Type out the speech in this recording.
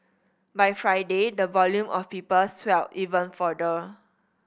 by Friday the volume of people swelled even further